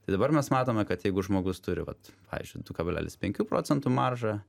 tai dabar mes matome kad jeigu žmogus turi vat pavyzdžiui du kablelis penkių procentų maržą